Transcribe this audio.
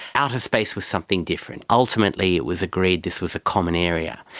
outer space was something different. ultimately it was agreed this was a common area.